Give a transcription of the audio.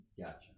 Gotcha